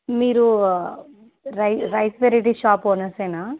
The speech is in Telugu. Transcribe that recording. మీరు రై రైస్ వెరైటీస్ షాప్ ఓనర్సేనా